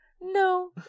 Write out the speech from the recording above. No